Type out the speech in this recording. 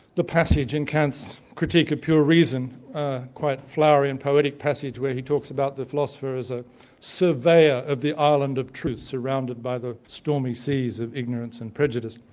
the passage in kant's critique of pure reason, a quite flowery and poetic passage where he talks about the philosopher as a surveyor of the island of truth, surrounded by the stormy seas of ignorance and prejudice.